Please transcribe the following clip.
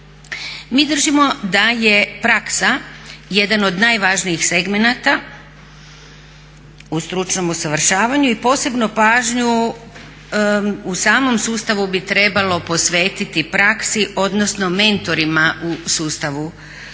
Mi držimo da je praksa jedan od najvažnijih segmenata u stručnom usavršavanju i posebno pažnju u samom sustavu bi trebalo posvetiti praksi odnosno mentorima u sustavu